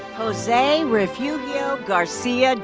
jose refugio garcia,